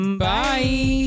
Bye